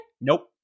Nope